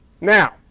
Now